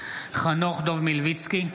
חנוך דב מלביצקי,